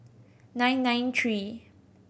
nine nine three